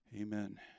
Amen